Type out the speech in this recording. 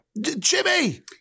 Jimmy